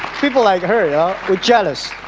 people like her yeah are jealous